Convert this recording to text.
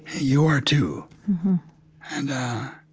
you are too and